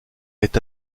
est